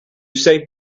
save